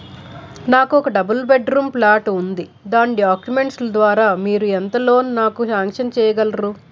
నాకు ఒక double bed room flat ఉంది దాని డాక్యుమెంట్స్ లు ద్వారా మీరు ఎంత లోన్ నాకు సాంక్షన్ చేయగలరు?